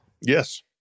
Yes